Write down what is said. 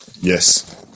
Yes